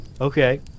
okay